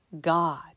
God